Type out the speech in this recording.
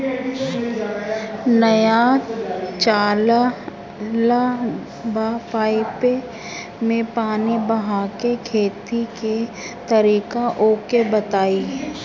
नया चलल बा पाईपे मै पानी बहाके खेती के तरीका ओके बताई?